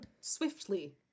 swiftly